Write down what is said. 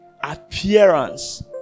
appearance